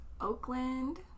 Oakland